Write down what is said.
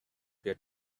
your